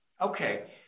Okay